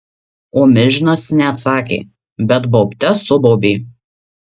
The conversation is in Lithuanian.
o milžinas ne atsakė bet baubte subaubė